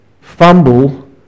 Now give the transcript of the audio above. fumble